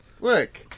Look